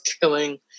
killing